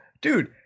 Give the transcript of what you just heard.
dude